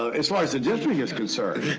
ah as far as the district is concerned.